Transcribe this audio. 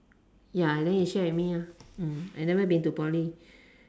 ya and then you share with me ah mm I've never been to poly